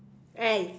eh